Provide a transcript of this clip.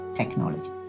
technology